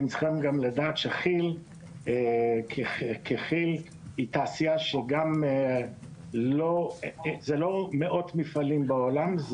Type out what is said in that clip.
אתם צריכים גם לדעת שכי"ל ככי"ל זה לא מאות מפעלים בעולם.